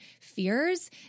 fears